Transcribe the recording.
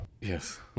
Yes